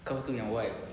kau tu yang wild